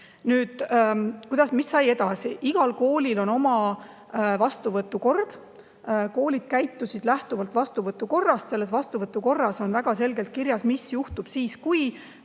Nüüd, mis sai edasi? Igal koolil on oma vastuvõtukord. Koolid käitusid lähtuvalt vastuvõtukorrast. Vastuvõtukorras on väga selgelt kirjas, mis juhtub siis, kui